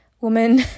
woman